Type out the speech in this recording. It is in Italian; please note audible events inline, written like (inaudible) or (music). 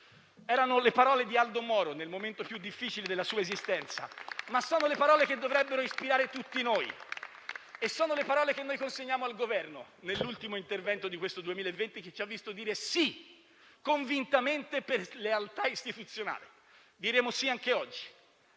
Erano le parole di Aldo Moro nel momento più difficile della sua esistenza, ma sono le parole che dovrebbero ispirare tutti noi. (applause) Sono le parole che consegniamo al Governo nell'ultimo intervento di questo 2020 che ci ha visto dire sì convintamente per lealtà istituzionale. Diremo sì anche oggi,